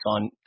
on